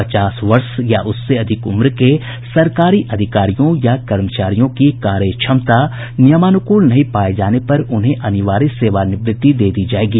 पचास वर्ष या उससे अधिक उम्र के सरकारी अधिकारियों या कर्मचारियों की कार्य दक्षता नियमानुकुल नहीं पाये जाने पर उन्हें अनिवार्य सेवानिवृत्ति दे दी जायेगी